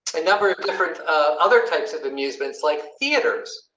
a number of different other types of amusements, like theaters.